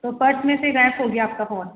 तो पर्स में से गायब हो गया आपका फ़ोन